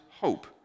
hope